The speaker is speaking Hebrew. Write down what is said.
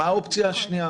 מה האופציה השנייה?